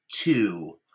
two